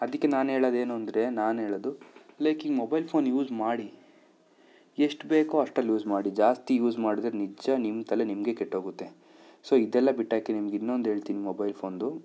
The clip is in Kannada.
ಅದಕ್ಕೆ ನಾನು ಹೇಳೋದು ಏನು ಅಂದರೆ ನಾನು ಹೇಳೋದು ಲೈಕ್ ಈ ಮೊಬೈಲ್ ಫೋನ್ ಯೂಸ್ ಮಾಡಿ ಎಷ್ಟು ಬೇಕೋ ಅಷ್ಟ್ರಲ್ಲಿ ಯೂಸ್ ಮಾಡಿ ಜಾಸ್ತಿ ಯೂಸ್ ಮಾಡಿದ್ರೆ ನಿಜ ನಿಮ್ಮ ತಲೆ ನಿಮಗೆ ಕೆಟ್ಟೋಗುತ್ತೆ ಸೊ ಇದೆಲ್ಲ ಬಿಟ್ಟಾಕಿ ನಿಮ್ಗೆ ಇನ್ನೊಂದು ಹೇಳ್ತೀನಿ ಮೊಬೈಲ್ ಫೋನ್ದು